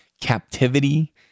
Captivity